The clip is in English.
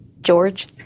George